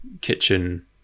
kitchen